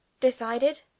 decided